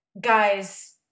guys